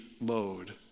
mode